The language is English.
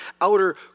outer